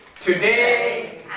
today